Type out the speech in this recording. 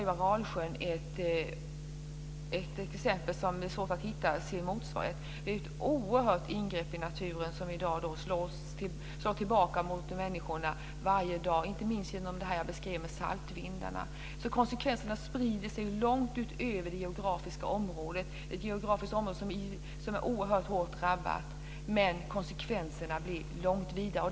Det är ett oerhört ingrepp i naturen som i dag slår tillbaka mot människorna varje dag, inte minst genom det som jag beskrev med saltvindarna. Konsekvenserna blir långt vidare och sprider sig långt utöver det oerhört hårt drabbade geografiska området.